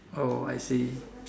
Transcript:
oh I see